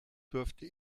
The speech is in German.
durfte